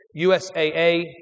USAA